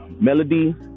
melody